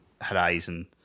Horizon